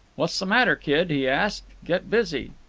what's the matter, kid? he asked. get busy.